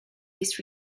this